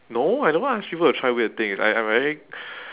no I never ask people to try weird things I I very